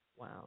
Wow